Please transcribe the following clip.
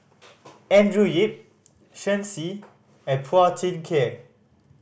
Andrew Yip Shen Xi and Phua Thin Kiay